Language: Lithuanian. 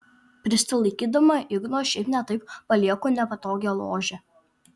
prisilaikydama igno šiaip ne taip palieku nepatogią ložę